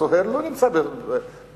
הסוהר לא נמצא בפנים,